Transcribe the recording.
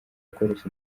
gukoresha